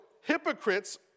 hypocrites